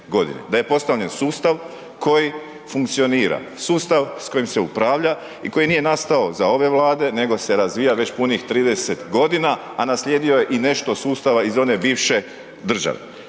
da je postavljen sustav koji funkcionira, sustav s kojim se upravlja i koji nije nastao za ove Vlade, nego se razvija već punih 30.g., a nasljedio je nešto sustava iz one bivše države.